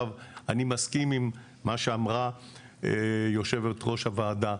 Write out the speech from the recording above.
אני מסכים עם מה שאמרה יושבת-ראש הוועדה,